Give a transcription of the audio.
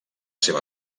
seva